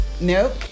Nope